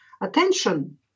attention